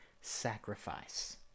sacrifice